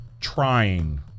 trying